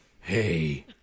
hey